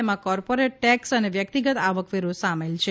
તેમાં corporate tax અને વ્યક્તિગત આવકવેરો સામેલ છે